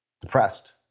depressed